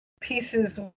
pieces